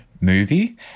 movie